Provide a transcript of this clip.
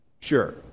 sure